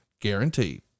guaranteed